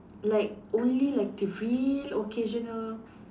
like only like the real occasional